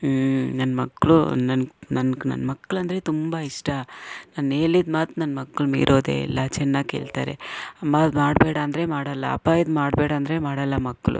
ಹ್ಞೂ ನನ್ನ ಮಕ್ಳು ನನ್ನ ನನ್ಗೆ ನನ್ನ ಮಕ್ಳೆಂದ್ರೆ ತುಂಬ ಇಷ್ಟ ನಾನು ಹೇಳಿದ ಮಾತು ನನ್ನ ಮಕ್ಳು ಮೀರೋದೆ ಇಲ್ಲ ಚೆನ್ನಾಗಿ ಕೇಳ್ತಾರೆ ಅಮ್ಮ ಅದು ಮಾಡಬೇಡ ಅಂದರೆ ಮಾಡಲ್ಲ ಅಪ್ಪ ಇದುಮಾಡಬೇಡ ಅಂದರೆ ಮಾಡೋಲ್ಲ ಮಕ್ಳು